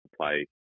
play